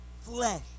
flesh